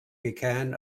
began